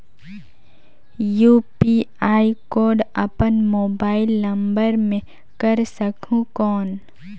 UPI code अपन mobile phone मे कर सकहुं कौन?